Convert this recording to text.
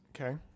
Okay